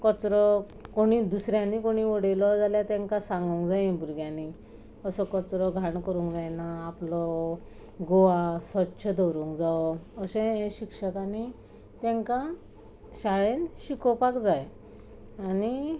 कचरो कोणूय दुसऱ्यांनी कोणी उडयलो जाल्यार तेंकां सांगूंक जायी भुरग्यांनी असो कचरो घाण करूंक जायना आपलो गोवा स्वच्छ दवरूंक जावो अशें शिक्षकांनी तेंकां शाळेन शिकोपाक जाय आनी